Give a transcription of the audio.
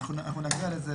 נגיע לזה.